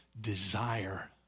desire